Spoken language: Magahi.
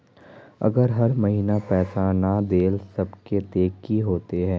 अगर हर महीने पैसा ना देल सकबे ते की होते है?